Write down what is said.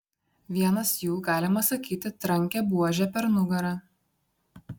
vienas jų galima sakyti trankė buože per nugarą